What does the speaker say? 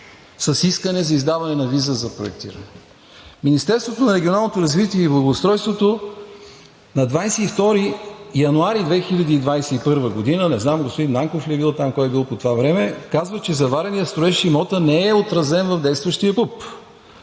с искане за издаване на виза за проектиране. Министерството на регионалното развитие и благоустройството на 22 януари 2021 г., не знам господин Нанков ли е бил там, кой е бил по това време, казва, че завареният имот не е отразен в действащия ПУП,